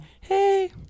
hey